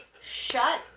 shut